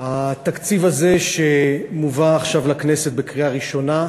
התקציב הזה, שמובא עכשיו לכנסת לקריאה ראשונה,